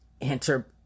enter